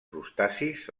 crustacis